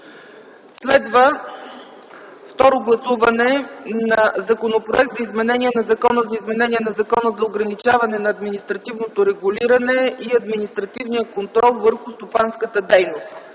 за изменение на Закона за изменение на Закона за ограничаване на административното регулиране и административния контрол върху стопанската дейност.